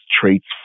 traits